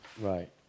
right